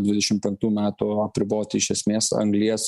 dvidešim penktų metų apriboti iš esmės anglies